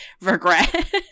regret